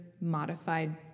modified